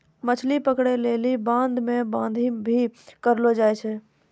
मछली पकड़ै लेली बांध मे बांधी भी करलो जाय छै